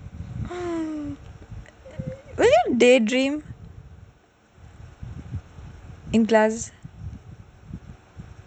will you daydream